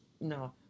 no